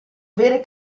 vere